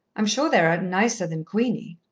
i'm sure they are nicer than queenie.